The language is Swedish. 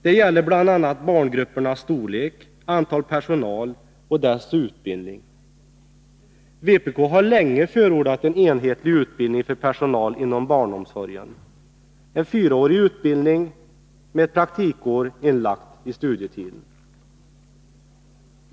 Det gäller bl.a. barngruppernas storlek, personalens antal och dess utbildning. Vpk har länge förordat en enhetlig utbildning för personal inom barnomsorgen — en fyraårig utbildning med ett praktikår inlagt i studietiden.